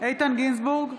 איתן גינזבורג,